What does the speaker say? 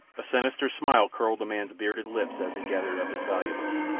a sinister smile curled the man's bearded lips as he gathered up his valuables,